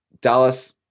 Dallas